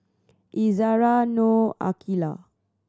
Izzara Noh Aqilah